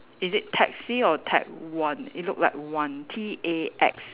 is it taxi or tax one it look like one T A X